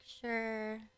sure